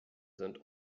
sind